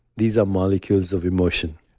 these are molecules of emotion.